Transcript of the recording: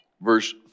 verse